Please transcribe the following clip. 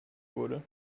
wurde